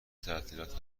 تعطیلات